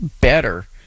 better